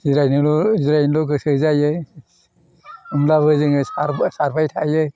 जिरायनोल' जिरायनोल' गोसो जायो होनब्लाबो जोङो सारबा सारबाय थायो